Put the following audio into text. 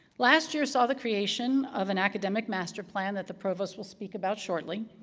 last year saw the creation of an academic master plan that the provost will speak about shortly.